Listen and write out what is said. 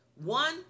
One